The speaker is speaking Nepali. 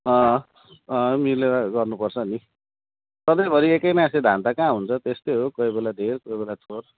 मिलेर गर्नु पर्छ नि सधैँभरि एकनास धान त कहाँ हुन्छ त्यस्तो हो कोही बेला धेर कोही बेला थोर